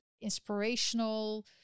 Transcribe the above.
inspirational